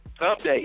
Update